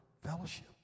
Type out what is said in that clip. fellowship